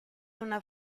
una